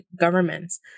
governments